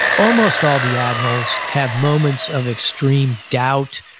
almost all the admirals have moments of extreme doubt,